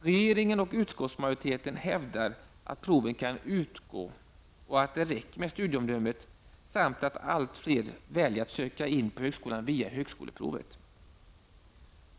Regeringen och utskottsmajoriteten hävdar att proven kan utgå och att det räcker med studieomdömet samt att allt fler väljer att söka in på högskolan via högskoleprovet.